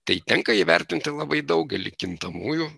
tai tenka įvertinti labai daugelį kintamųjų